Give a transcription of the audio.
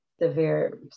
severe